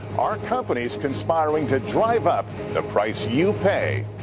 are companies conspiring to drive up the price you pay?